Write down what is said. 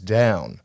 down